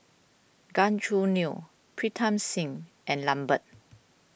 Gan Choo Neo Pritam Singh and Lambert